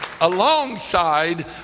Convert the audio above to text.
alongside